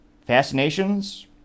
Fascinations